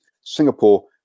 Singapore